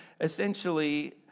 essentially